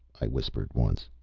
i whispered once.